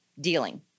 dealing